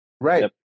Right